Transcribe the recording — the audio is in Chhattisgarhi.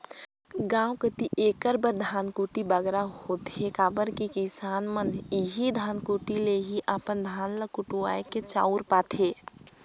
गाँव कती एकर बर धनकुट्टी बगरा होथे काबर कि किसान मन एही धनकुट्टी ले ही अपन धान ल कुटवाए के चाँउर पाथें